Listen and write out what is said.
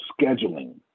scheduling